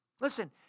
Listen